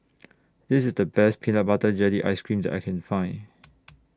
This IS The Best Peanut Butter Jelly Ice Cream that I Can Find